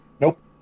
Nope